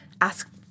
ask